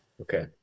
Okay